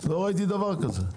לא ראיתי דבר כזה.